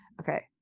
Okay